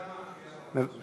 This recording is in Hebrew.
אתה יודע מה, שיהיה.